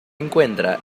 encuentra